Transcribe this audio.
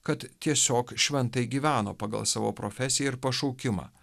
kad tiesiog šventai gyveno pagal savo profesiją ir pašaukimą